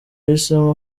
yahisemo